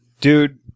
Dude